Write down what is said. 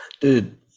Dude